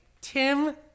Tim